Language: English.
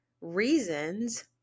reasons